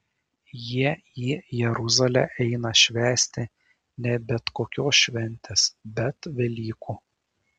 jie į jeruzalę eina švęsti ne bet kokios šventės bet velykų